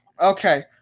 Okay